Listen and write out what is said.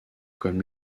comme